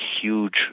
huge